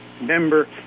member